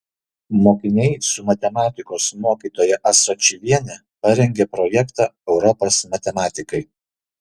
mokiniai su matematikos mokytoja asačioviene parengė projektą europos matematikai